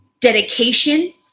dedication